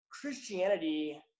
Christianity